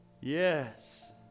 Yes